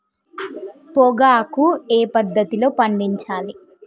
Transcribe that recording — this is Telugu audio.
పొగాకు ఏ పద్ధతిలో పండించాలి?